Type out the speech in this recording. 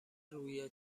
روی